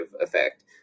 effect